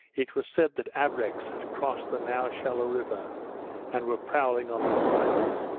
it was said that abreks had crossed the now shallow river and were prowling on this side of it.